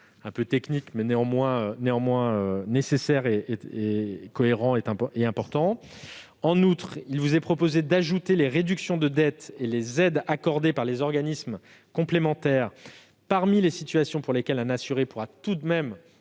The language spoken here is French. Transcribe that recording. un peu technique, mais importante ... En outre, il vous est proposé d'ajouter les réductions de dettes et les aides accordées par les organismes complémentaires aux situations pour lesquelles un assuré pourra tout de même